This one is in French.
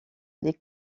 les